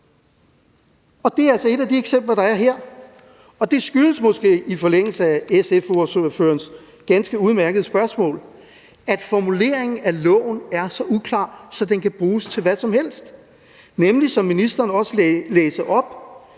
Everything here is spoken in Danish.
omfattet af de ekspempler, der nævnes her, og det skyldes måske i forlængelse af SF's ordførers ganske udmærkede spørgsmål, at formuleringen af loven er så uklar, at den kan bruges til hvad som helst, nemlig, som ministeren også læste op,